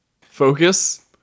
focus